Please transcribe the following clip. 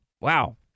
Wow